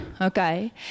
Okay